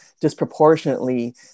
disproportionately